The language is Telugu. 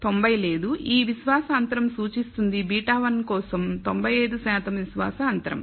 90 లేదు ఈ విశ్వాస అంతరం సూచిస్తుంది β1 కోసం 95 శాతం విశ్వాస అంతరం